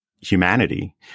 humanity